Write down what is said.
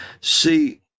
See